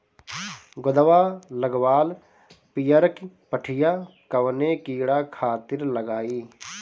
गोदवा लगवाल पियरकि पठिया कवने कीड़ा खातिर लगाई?